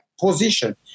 position